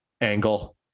angle